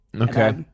Okay